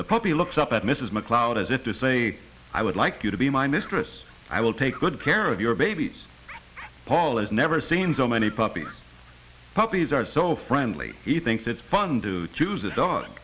the puppy looks up at mrs macleod as if to say i would like you to be my mistress i will take good care of your babies paul is never seen so many puppies puppies are so friendly he thinks it's fun to choose a dog